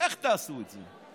איך תעשו את זה.